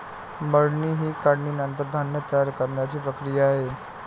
मळणी ही काढणीनंतर धान्य तयार करण्याची प्रक्रिया आहे